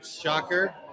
Shocker